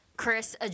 Chris